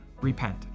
repent